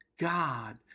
God